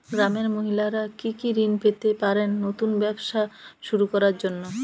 গ্রামের মহিলারা কি কি ঋণ পেতে পারেন নতুন ব্যবসা শুরু করার জন্য?